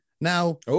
Now